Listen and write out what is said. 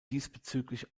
diesbezüglich